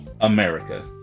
America